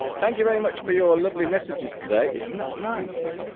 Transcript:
thank you very much for your lovely messages today it's not nice